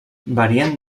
varien